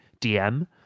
DM